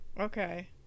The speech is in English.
okay